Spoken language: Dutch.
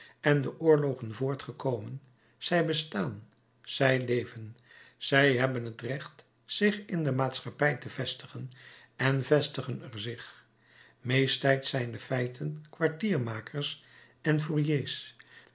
en de oorlogen voortgekomen zij bestaan zij leven zij hebben het recht zich in de maatschappij te vestigen en vestigen er zich meesttijds zijn de feiten kwartiermakers en